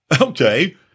okay